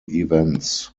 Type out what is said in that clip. events